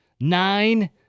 nine